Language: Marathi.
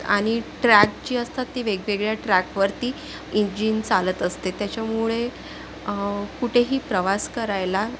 आणि ट्रॅक जी असतात ती वेगवेगळ्या ट्रॅकवरती इंजिन चालत असते त्याच्यामुळे कुठेही प्रवास करायला